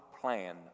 plan